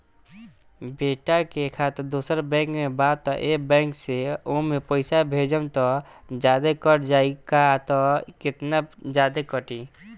बेटा के खाता दोसर बैंक में बा त ए बैंक से ओमे पैसा भेजम त जादे कट जायी का त केतना जादे कटी?